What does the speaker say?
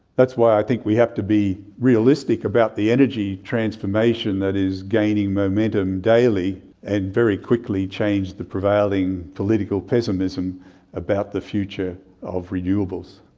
that's why i think we have to be realistic about the energy transformation that is gaining momentum daily and very quickly change the prevailing political pessimism about the future of renewables.